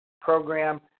program